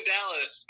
Dallas